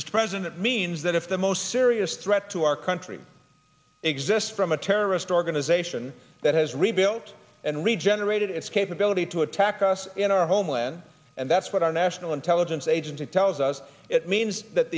mr president means that if the most serious threat to our country exists from a terrorist organization that has rebuilt and regenerated its capability to attack us in our homeland and that's what our national intelligence agency tells us it means that